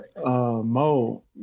Mo